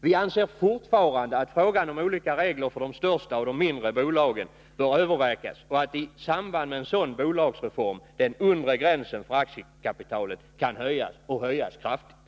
Vi anser fortfarande att frågan om olika regler för de största och de mindre bolagen bör övervägas och att i samband med en sådan bolagsreform den undre gränsen för aktiekapitalet kan höjas kraftigt.